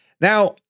Now